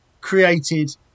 created